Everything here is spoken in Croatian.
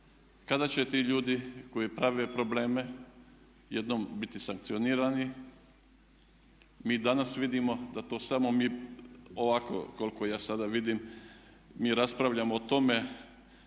kada će ti ljudi koji prave probleme jednom biti sankcionirani. Mi i danas vidimo da to samo mi ovako koliko ja sada vidim, mi raspravljamo o tome,